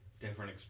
Different